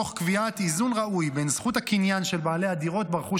תוך קביעת איזון ראוי בין זכות הקניין של בעלי הדירות ברכוש